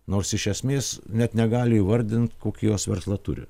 nors iš esmės net negali įvardint kokį jos verslą turi